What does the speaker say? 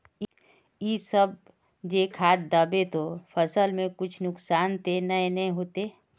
इ सब जे खाद दबे ते फसल में कुछ नुकसान ते नय ने होते